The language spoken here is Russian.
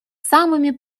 самыми